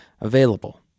available